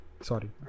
Sorry